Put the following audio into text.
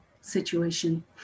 situation